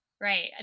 Right